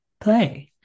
play